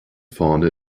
vorne